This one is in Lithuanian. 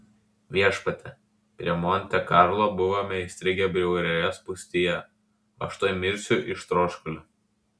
viešpatie prie monte karlo buvome įstrigę bjaurioje spūstyje aš tuoj mirsiu iš troškulio